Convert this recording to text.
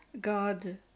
God